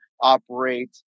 operate